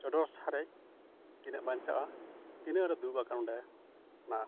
ᱪᱚᱰᱚᱨ ᱥᱟᱨᱮᱡ ᱛᱤᱱᱟᱹᱜ ᱵᱟᱧᱪᱪᱟᱜᱼᱟ ᱛᱤᱱᱟᱹᱜ ᱞᱮ ᱫᱩᱲᱩᱵ ᱟᱠᱟᱱ ᱚᱸᱰᱮ ᱚᱱᱟ